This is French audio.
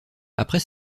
après